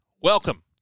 Welcome